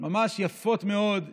ממש יפות, מאוד,